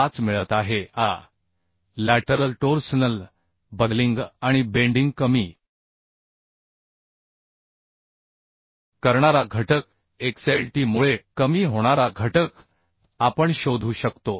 35 मिळत आहे आता लॅटरल टोर्सनल बकलिंग आणि बेंडिंग कमी करणारा घटक xLt मुळे कमी होणारा घटक आपण शोधू शकतो